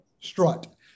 strut